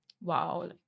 Wow